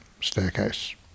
staircase